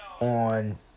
On